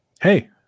Hey